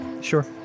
Sure